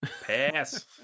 Pass